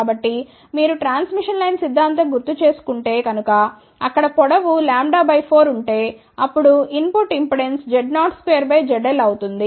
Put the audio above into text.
కాబట్టి మీరు transmission line సిద్ధాంతం గుర్తుచేసుకుంటే కనుక అక్కడ పొడవు λ 4 ఉంటే అప్పుడు ఇన్పుట్ ఇంపిడెన్స్ Z02ZL అవుతుంది